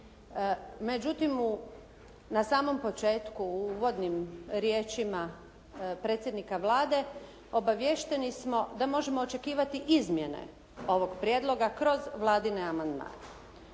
Međutim na samom početku u uvodnim riječima predsjednika Vlade obaviješteni smo da možemo očekivati izmjene ovog prijedloga kroz Vladine amandmane.